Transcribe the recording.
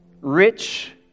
rich